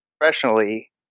professionally